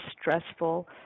stressful